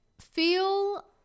feel